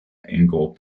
angle